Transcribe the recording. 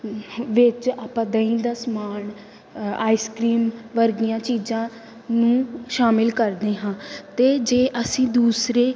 ਵਿੱਚ ਆਪਾਂ ਦਹੀਂ ਦਾ ਸਮਾਨ ਆਈਸ ਕ੍ਰੀਮ ਵਰਗੀਆਂ ਚੀਜ਼ਾਂ ਨੂੰ ਸ਼ਾਮਿਲ ਕਰਦੇ ਹਾਂ ਅਤੇ ਜੇ ਅਸੀਂ ਦੂਸਰੇ